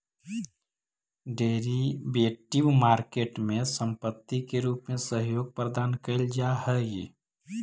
derivative market में संपत्ति के रूप में सहयोग प्रदान कैल जा हइ